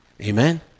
Amen